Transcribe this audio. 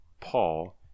Paul